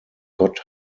gott